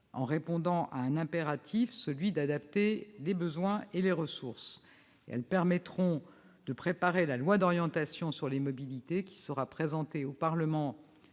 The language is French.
en répondant à un impératif : celui d'adapter les besoins et les ressources. Elles permettront de préparer le projet de loi d'orientation sur les mobilités, qui sera présenté au Parlement